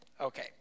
Okay